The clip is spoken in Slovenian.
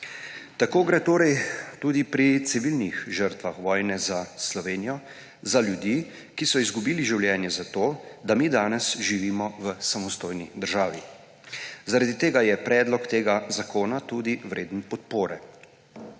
Tako gre torej tudi pri civilnih žrtvah vojne za Slovenijo za ljudi, ki so izgubili življenje, zato da mi danes živimo v samostojni državi. Zaradi tega je predlog tega zakona tudi vreden podpore.